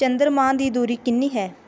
ਚੰਦਰਮਾ ਦੀ ਦੂਰੀ ਕਿੰਨੀ ਹੈ